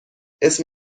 اسم